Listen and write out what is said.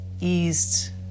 eased